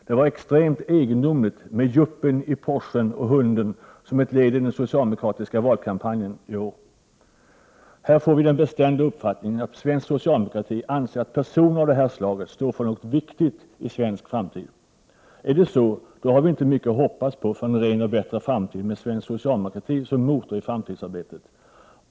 Det var extremt egendomligt med yuppien i Porschen och hunden som ett led i den socialdemokratiska valkampanjen. Här får vi den bestämda uppfattningen att svensk socialdemokrati anser att personer av detta slag står för något viktigt i svensk framtid. Är det så, har vi inte mycket att hoppas på för en ren och bättre framtid med svensk socialdemokrati som motor i framtidsarbetet.